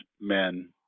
men